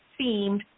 themed